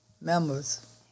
members